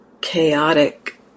chaotic